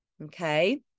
Okay